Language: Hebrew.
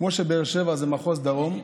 כמו שבאר שבע זה מחוז דרום,